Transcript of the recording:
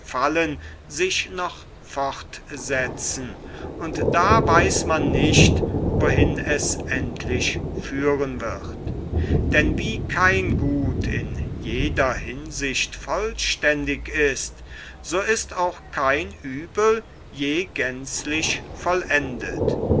fallen sich noch fortsetzen und da weiß man nicht wohin es endlich führen wird denn wie kein gut in jeder hinsicht vollständig ist so ist auch kein uebel je gänzlich vollendet